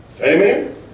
Amen